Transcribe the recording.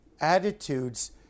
attitudes